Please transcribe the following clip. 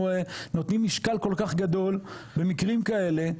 נותנים משקל כל כך גדול במקרים כאלה,